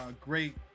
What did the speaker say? great